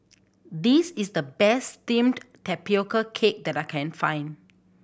this is the best steamed tapioca cake that I can find